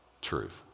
truth